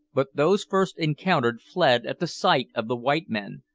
but those first encountered fled at the sight of the white men,